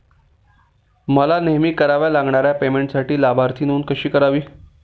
मला नेहमी कराव्या लागणाऱ्या पेमेंटसाठी लाभार्थी नोंद कशी करावी?